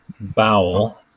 bowel